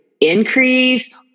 increase